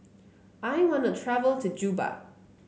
I want the travel to Juba